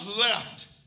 left